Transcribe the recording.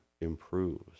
improves